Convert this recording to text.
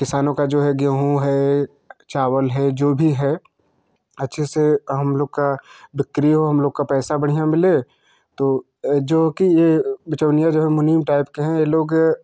किसानों का जो है गेहूँ है चावल है जो भी है अच्छे से हम लोग का बिक्री हो हम लोग का पैसा बढ़िया मिले तो जो कि यह बिचौलिया जो है मुनीम टैइप के है यह लोग